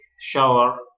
shower